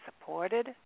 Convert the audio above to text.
supported